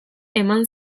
eman